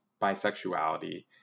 bisexuality